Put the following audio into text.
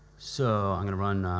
so, i'm going to run